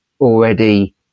already